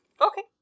Okay